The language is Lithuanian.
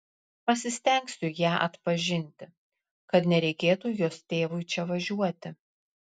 pasistengsiu ją atpažinti kad nereikėtų jos tėvui čia važiuoti